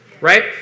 right